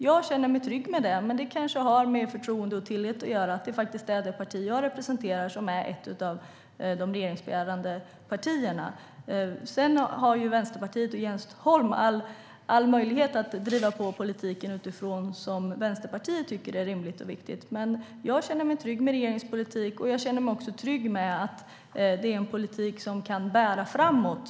Jag känner mig trygg med det, men det kanske har med förtroende och tillit att göra. Det är ju faktiskt det parti som jag representerar som är ett av de regeringsbärande partierna. Sedan har Vänsterpartiet och Jens Holm all möjlighet att driva på politiken utifrån vad de tycker är rimligt och viktigt. Men jag känner mig trygg med regeringens politik och med att det är en politik som kan bära framåt.